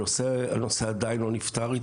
הנושא הזה עדיין לא נפתר,